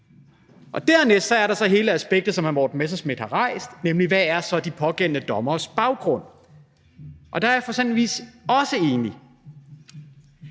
Dernæst er der så hele aspektet, som hr. Morten Messerschmidt har rejst, nemlig hvad der så er de pågældende dommeres baggrund, og der er jeg f.eks. også enig.